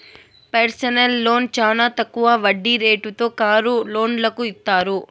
personal loan చానా తక్కువ వడ్డీ రేటుతో కారు లోన్లను ఇత్తారు